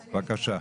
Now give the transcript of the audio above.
בבקשה.